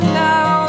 now